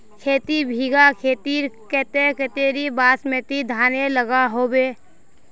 खेती बिगहा खेतेर केते कतेरी बासमती धानेर लागोहो होबे?